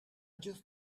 just